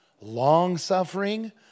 long-suffering